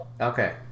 Okay